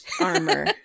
armor